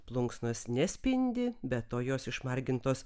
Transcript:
plunksnos nespindi be to jos išmargintos